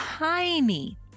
tiny